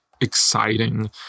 exciting